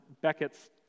Beckett's